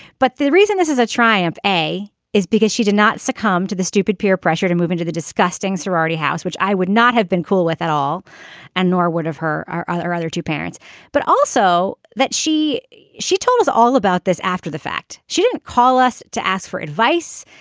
but the reason this is a triumph ay is because she did not succumb to the stupid peer pressure to move into the disgusting sorority house which i would not have been cool with at all and nor would have her our other other two parents but also that she she told us all about about this after the fact. she didn't call us to ask for advice.